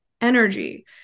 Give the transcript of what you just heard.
energy